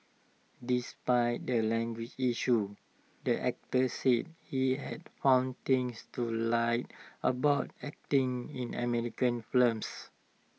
despite the language issue the actor says he had found things to like about acting in American films